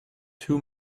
two